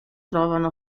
trovano